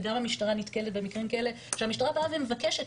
וגם המשטרה נתקלת במקרים כאלה שהמשטרה באה ומבקשת